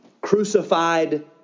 crucified